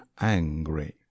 Angry